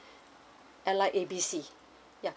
airline A B C ya